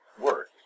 work